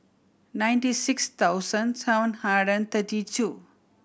ninety six thousand seven hundred and thirty two